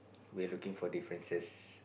we're looking for differences